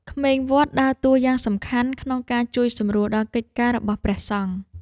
ក្មេងវត្តដើរតួយ៉ាងសំខាន់ក្នុងការជួយសម្រួលដល់កិច្ចការរបស់ព្រះសង្ឃ។